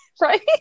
right